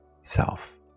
self